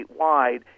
statewide